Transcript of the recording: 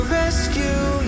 rescue